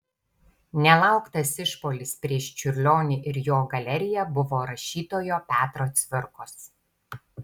nelauktas išpuolis prieš čiurlionį ir jo galeriją buvo rašytojo petro cvirkos